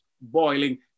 boiling